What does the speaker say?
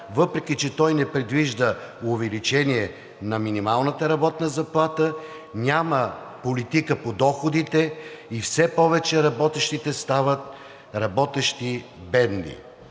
въпреки че той не предвижда увеличение на минималната работна заплата, няма политика по доходите и все повече работещите стават работещи бедни.